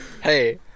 Hey